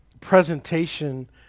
presentation